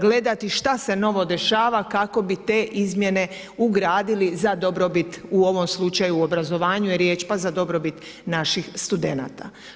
gledati šta se novo dešava kako bi te izmjene ugradili za dobrobit u ovom slučaju o obrazovanju je riječ pa za dobrobit naših studenata.